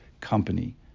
company